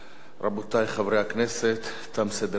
רבותי חברי הכנסת, תם סדר-היום.